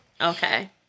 okay